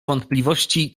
wątpliwości